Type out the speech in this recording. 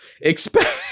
expect